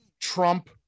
Trump